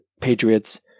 Patriots